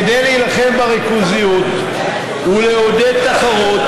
כדי להילחם בריכוזיות ולעודד תחרות,